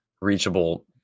reachable